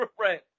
Right